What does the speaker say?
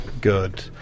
Good